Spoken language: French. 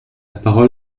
parole